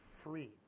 free